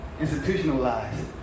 institutionalized